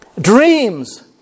Dreams